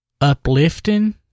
uplifting